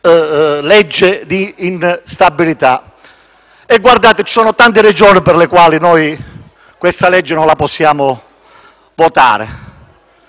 legge di instabilità. Ci sono tante ragioni per le quali noi questa legge non la possiamo votare,